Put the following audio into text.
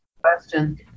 Question